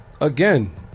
Again